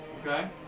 Okay